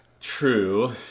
True